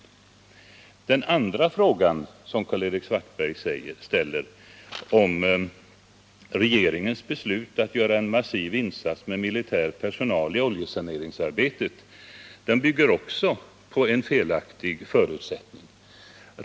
Den andra frågan som Karl-Erik Svartberg ställde om regeringens beslut att göra en massiv insats med militär personal i oljesaneringsarbetet bygger också på en felaktig förutsättning.